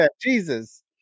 Jesus